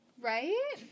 Right